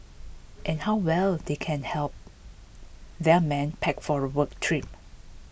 and how well they can help their men pack for a work trip